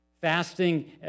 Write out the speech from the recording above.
fasting